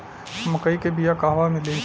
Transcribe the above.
मक्कई के बिया क़हवा मिली?